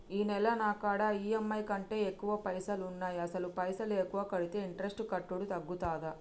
ఈ నెల నా కాడా ఈ.ఎమ్.ఐ కంటే ఎక్కువ పైసల్ ఉన్నాయి అసలు పైసల్ ఎక్కువ కడితే ఇంట్రెస్ట్ కట్టుడు తగ్గుతదా?